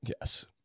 Yes